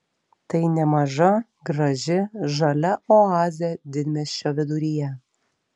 tai nemaža graži žalia oazė didmiesčio viduryje